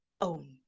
own